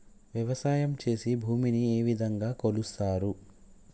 వ్యవసాయం చేసి భూమిని ఏ విధంగా కొలుస్తారు?